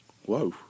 whoa